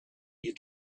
you